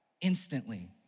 Instantly